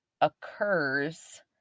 occurs